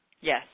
Yes